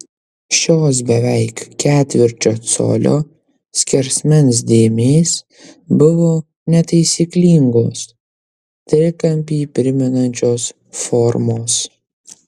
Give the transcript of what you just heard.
šios beveik ketvirčio colio skersmens dėmės buvo netaisyklingos trikampį primenančios formos